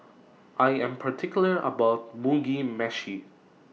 I Am particular about My Mugi Meshi